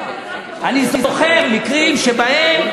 אני זוכר מקרים שבהם,